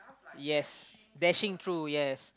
yes dashing true yes